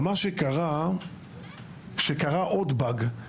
קרה עוד באג,